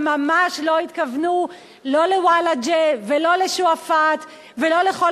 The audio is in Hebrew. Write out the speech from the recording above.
הם ממש לא התכוונו לא לוולג'ה ולא לשועפאט ולא לכל